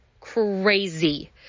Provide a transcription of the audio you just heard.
crazy